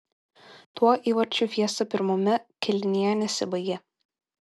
tuo įvarčių fiesta pirmame kėlinyje nesibaigė